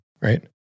right